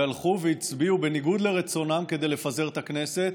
שהלכו והצביעו בניגוד לרצונם כדי לפזר את הכנסת.